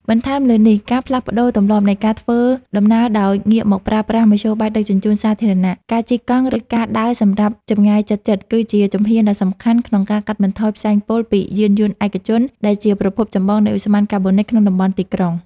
បន្ថែមលើនេះ ការផ្លាស់ប្តូរទម្លាប់នៃការធ្វើដំណើរដោយងាកមកប្រើប្រាស់មធ្យោបាយដឹកជញ្ជូនសាធារណៈ ការជិះកង់ ឬការដើរសម្រាប់ចម្ងាយជិតៗ គឺជាជំហានដ៏សំខាន់ក្នុងការកាត់បន្ថយផ្សែងពុលពីយានយន្តឯកជន ដែលជាប្រភពចម្បងនៃឧស្ម័នកាបូនិកក្នុងតំបន់ទីក្រុង។